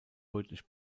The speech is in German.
rötlich